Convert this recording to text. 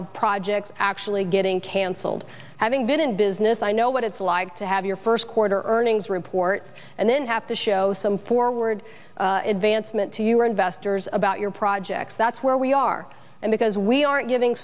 of projects actually getting canceled having been in business i know what it's like to have your first quarter earnings reports and then have to show some forward advancement to your investors about your projects that's where we are and because we aren't g